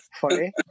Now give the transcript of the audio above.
funny